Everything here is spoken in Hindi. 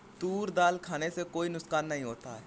तूर दाल खाने से कोई नुकसान नहीं होता